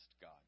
God